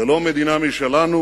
ללא מדינה משלנו